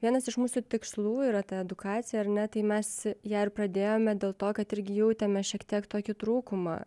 vienas iš mūsų tikslų yra ta edukacija ir net jei mes ją ir pradėjome dėl to kad irgi jautėme šiek tiek tokį trūkumą